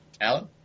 Alan